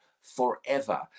forever